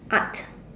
art